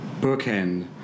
bookend